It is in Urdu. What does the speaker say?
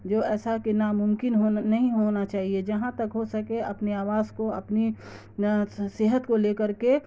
جو ایسا کہ ناممکن ہونا نہیں ہونا چاہیے جہاں تک ہو سکے اپنی آواز کو اپنی صحت کو لے کر کے